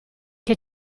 che